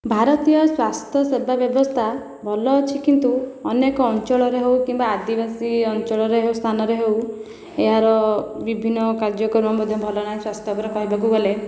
ଭାରତୀୟ ସ୍ୱାସ୍ଥ୍ୟ ସେବା ବ୍ୟବସ୍ଥା ଭଲ ଅଛି କିନ୍ତୁ ଅନେକ ଅଞ୍ଚଳରେ ହେଉ କିମ୍ବା ଆଦିବାସୀ ଅଞ୍ଚଳରେ ସ୍ଥାନରେ ହେଉ ଏହାର ବିଭିନ୍ନ କାର୍ଯ୍ୟକ୍ରମ ମଧ୍ୟ ଭଲ ନାହିଁ ସ୍ୱାସ୍ଥ୍ୟ ଉପରେ କହିବାକୁ ଗଲେ